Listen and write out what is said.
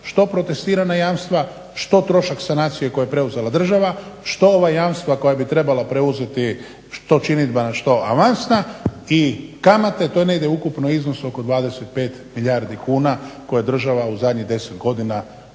što protestirana jamstva, što trošak sanacije koji je preuzela država, što ova jamstva koja bi trebala preuzeti što činidbena što avansna, i kamate, to je negdje ukupno u iznosu oko 25 milijardi kuna koje država u zadnjih 10 godina